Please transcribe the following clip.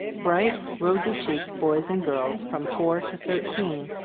bright, rosy-cheeked boys and girls from four to thirteen,